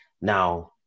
now